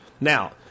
Now